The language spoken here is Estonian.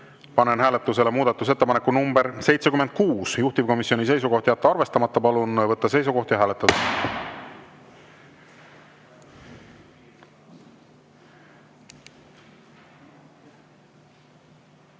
Panen hääletusele muudatusettepaneku nr 76, juhtivkomisjoni seisukoht on jätta arvestamata. Palun võtta seisukoht ja hääletada!